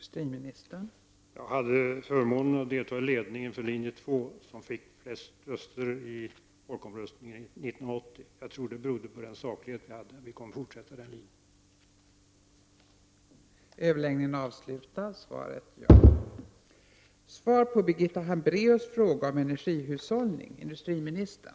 Fru talman! Jag hade förmånen att tillhöra ledningen för linje 2, som fick flest röster i folkomröstningen 1980. Jag tror att den framgången berodde på sakligheten i våra argument. Vi kommer att fortsätta efter den linjen.